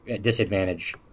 disadvantage